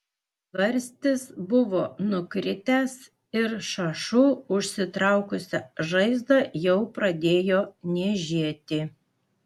tvarstis buvo nukritęs ir šašu užsitraukusią žaizdą jau pradėjo niežėti